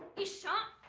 ishaan.